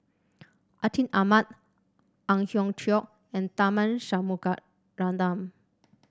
Atin Amat Ang Hiong Chiok and Tharman Shanmugaratnam